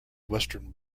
western